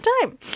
time